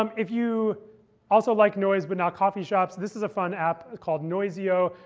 um if you also like noise, but not coffee shops, this is a fun app called noizio,